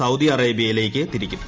Saudi അറേബൃയിലേക്ക് തിരിക്കും